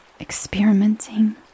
experimenting